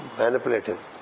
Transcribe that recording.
manipulative